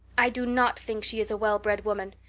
i do not think she is a well-bred woman.